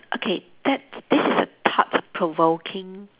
okay that this is a thought provoking